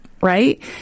right